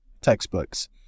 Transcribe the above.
textbooks